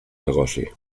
negoci